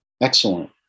Excellent